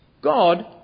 God